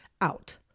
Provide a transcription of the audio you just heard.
out